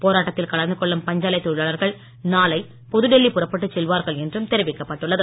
போராட்டத்தில் கலந்து கொள்ளும் பஞ்சாலை தொழிலாளர்கள் நாளை புதுடெல்லி புறப்பட்டுச் செல்வார்கள் என்றும் தெரிவிக்கப்பட்டுள்ளது